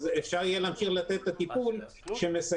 אז אפשר יהיה להמשיך לתת את הטיפול שמסייע